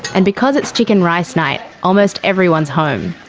and because it's chicken rice night, almost everyone's home.